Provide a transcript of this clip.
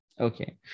Okay